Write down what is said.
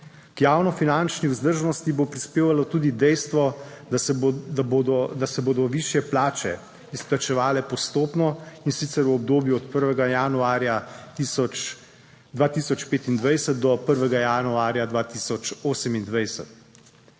K javno finančni vzdržnosti bo prispevalo tudi dejstvo, da se bodo višje plače izplačevale postopno in sicer v obdobju od 1. januarja 2025 do 1. januarja 2028.